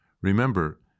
Remember